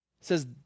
says